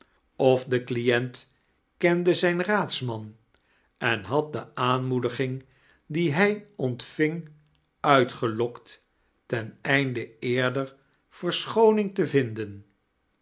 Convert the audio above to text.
of de client kende zijn raadsnian en had de aanmoediging die hij oofcving uitgeldkt ten ednde eerder verechooning te vinden